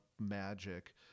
magic